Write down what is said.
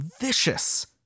vicious